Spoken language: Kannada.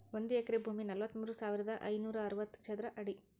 ಒಂದು ಎಕರೆ ಭೂಮಿ ನಲವತ್ಮೂರು ಸಾವಿರದ ಐನೂರ ಅರವತ್ತು ಚದರ ಅಡಿ